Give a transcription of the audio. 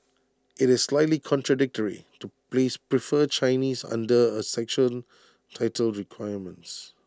IT is slightly contradictory to place prefer Chinese under A section titled requirements